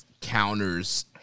counters